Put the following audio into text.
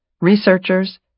researchers